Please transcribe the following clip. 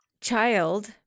child